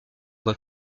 voie